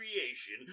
creation